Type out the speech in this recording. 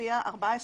מופיע 14 ימים.